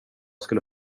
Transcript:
skulle